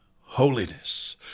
holiness